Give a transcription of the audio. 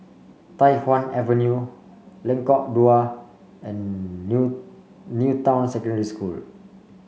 Tai Hwan Avenue Lengkok Dua and New New Town Secondary School